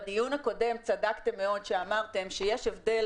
בדיון הקודם צדקתם מאוד שאמרתם שיש הבדל